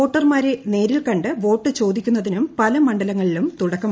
വോട്ടർമാർ ്നേരിൽക്കണ്ട് വോട്ട് ചോദിക്കുന്നതിനും പല മണ്ഡലങ്ങളിലും തുടക്കമായി